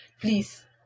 Please